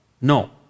no